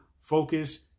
focus